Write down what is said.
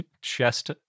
chest